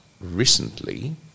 recently